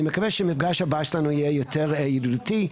שהמפגש הבא שלנו יהיה יותר ידידותי.